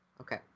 Okay